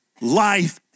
life